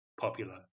popular